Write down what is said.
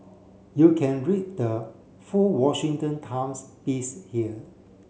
you can read the full Washington Times piece here